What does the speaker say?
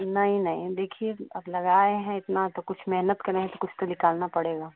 नहीं नहीं देखिए अब लगाए हैं इतना तो कुछ मेहनत कर रहे हैं कुछ तो निकालना पड़ेगा